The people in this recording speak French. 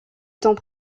temps